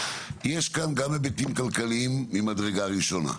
יש כאן גם היבטים כלכליים ממדרגה ראשונה.